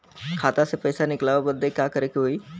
खाता से पैसा निकाले बदे का करे के होई?